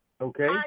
Okay